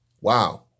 wow